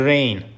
Rain